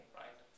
right